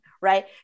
right